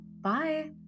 Bye